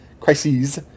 crises